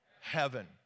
Heaven